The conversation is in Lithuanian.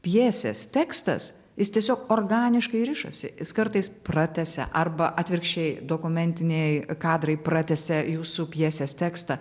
pjesės tekstas jis tiesiog organiškai rišasi jis kartais pratęsia arba atvirkščiai dokumentiniai kadrai pratęsia jūsų pjesės tekstą